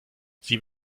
sie